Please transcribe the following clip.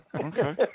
Okay